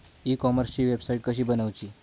E कॉमर्सची website कशी बनवची?